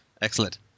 Excellent